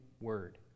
word